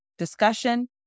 discussion